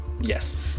Yes